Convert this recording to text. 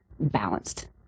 balanced